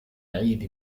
عيد